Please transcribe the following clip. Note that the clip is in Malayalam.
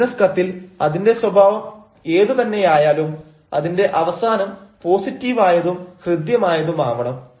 ഒരു ബിസിനസ് കത്തിൽ അതിന്റെ സ്വഭാവം ഏതു തന്നെയായാലും അതിന്റെ അവസാനം പോസിറ്റീവായതും ഹൃദ്യമായതുമാവണം